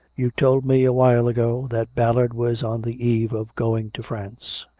you told me a while ago that bal lard was on the eve of going to france.